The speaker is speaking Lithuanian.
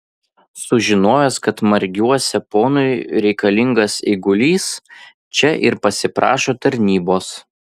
sužinojęs kad margiuose ponui reikalingas eigulys čia ir pasiprašo tarnybos